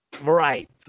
Right